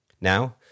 Now